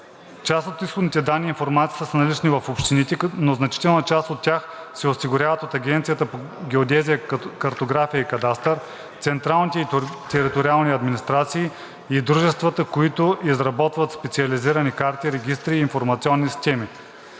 Част от изходните данни и информацията са налични в общините, но значителна част от тях се осигуряват от Агенцията по геодезия, картография и кадастър, централните и териториалните администрации и дружествата, които изработват специализирани карти, регистри и информационни системи;